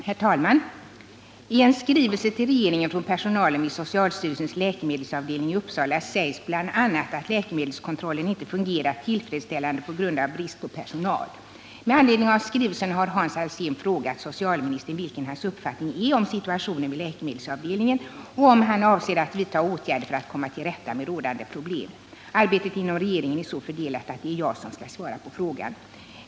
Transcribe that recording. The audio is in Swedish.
Herr talman! I en skrivelse till regeringen från personalen vid socialstyrelsens läkemedelsavdelning i Uppsala sägs bl.a. att läkemedelskontrollen inte fungerar tillfredsställande på grund av brist på personal. Med anledning av skrivelsen har Hans Alsén frågat socialministern vilken hans uppfattning är om situationen vid läkemedelsavdelningen och om han avser att vidta åtgärder för att komma till rätta med rådande problem. Arbetet inom regeringen är så fördelat att det är jag som skall svara på frågan.